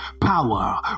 power